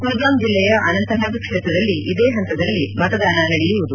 ಕುಲ್ಗಾಮ್ ಜಿಲ್ಲೆಯ ಅನಂತನಾಗ್ ಕ್ಷೇತ್ರದಲ್ಲಿ ಇದೇ ಹಂತದಲ್ಲಿ ಮತದಾನ ನಡೆಯುವುದು